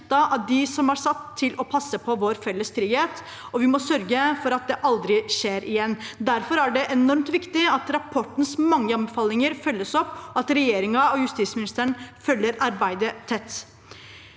av dem som er satt til å passe på vår felles trygghet, og vi må sørge for at det aldri skjer igjen. Derfor er det enormt viktig at rapportens mange anbefalinger følges opp, og at regjeringen og justisministeren følger arbeidet tett.